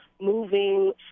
moving